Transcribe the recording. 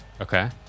Okay